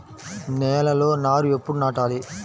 నేలలో నారు ఎప్పుడు నాటాలి?